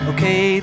Okay